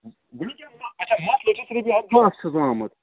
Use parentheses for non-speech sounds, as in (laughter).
وُنۍکٮ۪ن ما اَچھا مسلہٕ (unintelligible) کر چھُس بہٕ آمُت